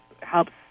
helps